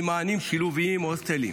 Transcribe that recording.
ממענים שילוביים, הוסטלים.